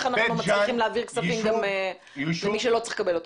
אנחנו מצליחים להעביר כספים גם למי שלא צריך לקבל אותם.